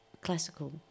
classical